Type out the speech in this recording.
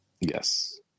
yes